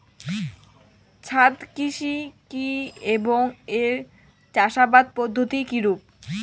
ছাদ কৃষি কী এবং এর চাষাবাদ পদ্ধতি কিরূপ?